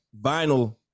vinyl